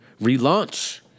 relaunch